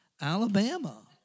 Alabama